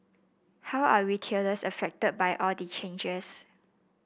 how are retailers affected by all the changes